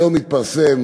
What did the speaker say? היום התפרסם